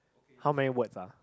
how many words ah